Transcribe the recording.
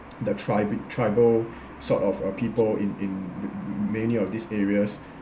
the trib~ tribal sort of uh people in in many of these areas